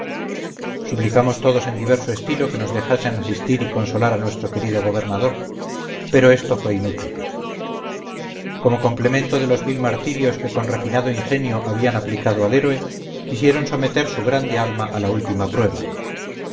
suplicamos todos en diverso estilo que nos dejasen asistir y consolar a nuestro querido gobernador pero esto fue inútil como complemento de los mil martirios que con refinado ingenio habían aplicado al héroe quisieron someter su grande alma a la última prueba